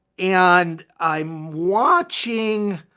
and i'm watching,